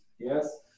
Yes